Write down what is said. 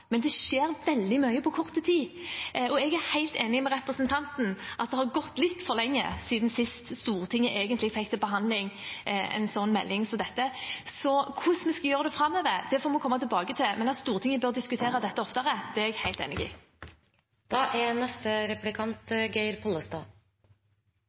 men det skjer veldig mye på kort tid. Og jeg er helt enig med representanten i at det har gått litt for lang tid siden Stortinget sist fikk til behandling en melding som dette. Hvordan vi skal gjøre det framover, får vi komme tilbake til, men at Stortinget bør diskutere dette oftere, det er jeg helt enig